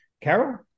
Carol